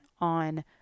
on